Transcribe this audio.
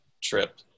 trip